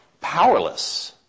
powerless